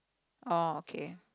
orh okay